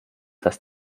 dass